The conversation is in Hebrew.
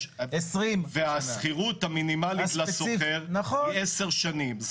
והשכירות המינימלית לשוכר היא 10 שנים.